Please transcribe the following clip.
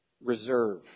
reserve